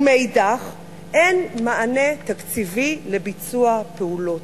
ומאידך גיסא, אין מענה תקציבי לביצוע פעולות.